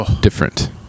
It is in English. different